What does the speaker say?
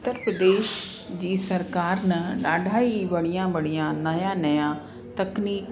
उत्तर प्रदेश जी सरकारि न ॾाढा ई बढ़िया बढ़िया नयां नयां तकनीक